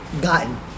gotten